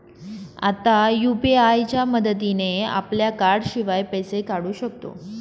आता यु.पी.आय च्या मदतीने आपल्या कार्डाशिवाय पैसे काढू शकतो